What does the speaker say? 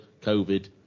COVID